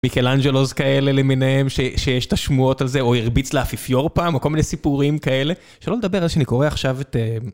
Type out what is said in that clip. מיכאלנג'לו'ז כאלה, למיניהם שיש תשמעות על זה, או הרביץ לאפיפיור פעם, או כל מיני סיפורים כאלה, שלא לדבר על שאני קורא עכשיו את...